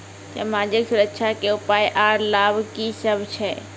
समाजिक सुरक्षा के उपाय आर लाभ की सभ छै?